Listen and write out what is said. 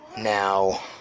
now